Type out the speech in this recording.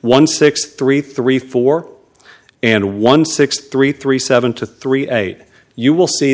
one six three three four and one six three three seven to three eight you will s